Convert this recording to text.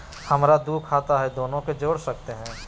हमरा दू खाता हय, दोनो के जोड़ सकते है?